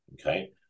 okay